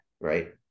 right